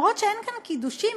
אפילו שאין כאן קידושים,